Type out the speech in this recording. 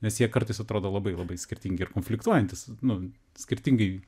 nes jie kartais atrodo labai labai skirtingi ir konfliktuojantys nu skirtingai